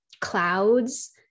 clouds